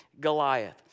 Goliath